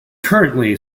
currently